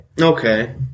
Okay